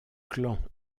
clan